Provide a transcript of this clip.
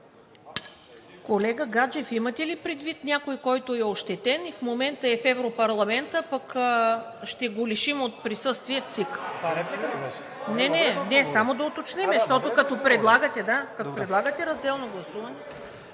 Колега Гаджев, имате ли предвид някой, който е ощетен и в момента е в Европарламента, а пък ще го лишим от присъствие в ЦИК? Само да уточним, защото, като предлагате разделно гласуване…